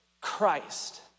Christ